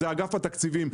זה אגף התקציבים.